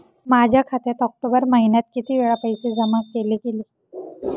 माझ्या खात्यात ऑक्टोबर महिन्यात किती वेळा पैसे जमा केले गेले?